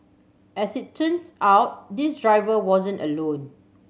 as it turns out this driver wasn't alone